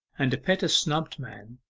and to pet a snubbed man,